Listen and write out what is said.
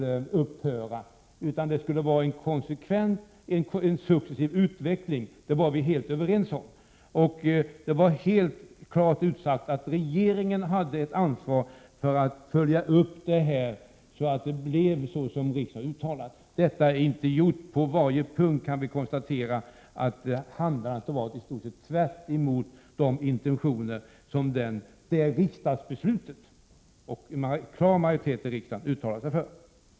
Vi var helt överens om att det skulle ske en konsekvent utveckling, och det var klart utsagt att regeringen hade ett ansvar för att följa upp att det blev så som riksdagen hade uttalat. Detta är inte gjort. På varje punkt kan vi konstatera att handlandet har varit i stort sett tvärtemot de intentioner som en klar majoritet i riksdagen uttalade sig för.